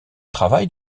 travaille